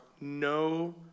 no